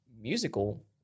musical